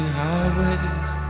highways